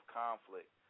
conflict